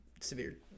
severe